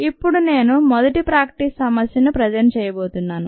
ఇప్పుడు నేను మొదటి ప్రాక్టీస్ సమస్యను ప్రజంట్ చేయబోతున్నాను